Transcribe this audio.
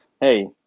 Hey